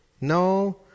No